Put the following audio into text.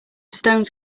stones